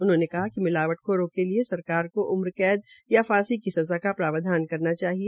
उन्होंने कहा कि मिलावट खोरो के लिए सरकार को उम्रकैद या फांसी की सज़ा का प्रावधान करना चाहिए